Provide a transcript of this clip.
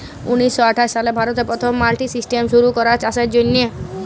উনিশ শ আঠাশ সালে ভারতে পথম মাল্ডি সিস্টেম শুরু ক্যরা চাষের জ্যনহে